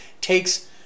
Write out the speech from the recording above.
takes